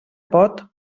pot